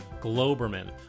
globerman